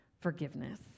forgiveness